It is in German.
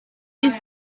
ist